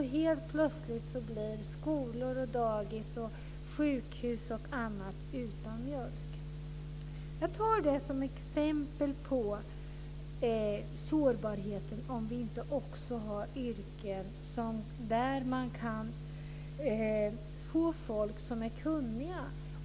Helt plötsligt blir skolor, dagis, sjukhus och annat utan mjölk. Jag tar detta som ett exempel på sårbarheten om det inte finns kunnigt folk att få till dessa yrken.